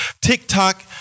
TikTok